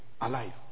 alive